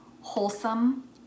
wholesome